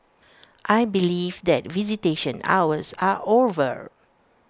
I believe that visitation hours are over